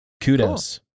kudos